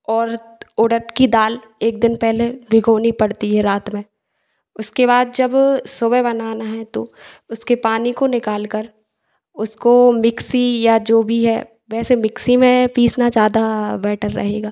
और उड़द की दाल एक दिन पहले भिगोनी पड़ती है रात में उसके बाद जब सुबह बनाना है तो उसके पानी को निकाल कर उसको मिक्सी या जो भी है वैसे मिक्सी में पीसना ज़्यादा बैटर रहेगा